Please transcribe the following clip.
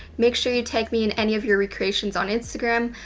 make sure you tag me in any of your recreations on instagram.